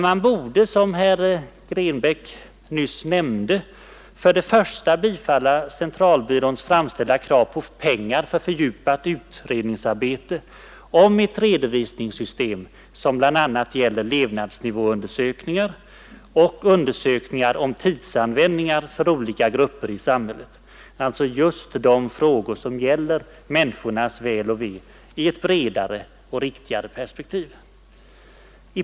Man borde som herr Grebäck nyss nämnde först och främst bifalla centralbyråns framställda krav på pengar för ett fördjupat utredningsarbete om ett redovisningssystem, som bl.a. gäller levnadsnivåundersökningar och undersökningar om tidsanvändningar för olika grupper i samhället, alltså just frågor som gäller människors väl och ve i ett bredare och riktigare perspektiv.